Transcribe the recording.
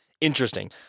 Interesting